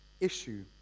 issue